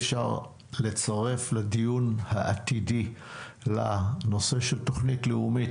אפשר לצרף לדיון העתידי לנושא של תוכנית לאומית